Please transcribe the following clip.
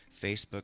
Facebook